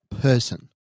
person